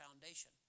foundation